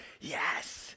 yes